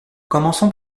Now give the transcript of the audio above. commençons